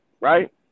right